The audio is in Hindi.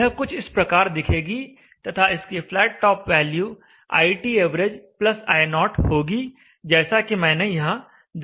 यह कुछ इस प्रकार दिखेगी तथा इसकी flat top value iTav i0 होगी जैसा कि मैंने यहाँ दर्शाया है